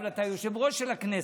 אבל אתה יושב-ראש של הכנסת.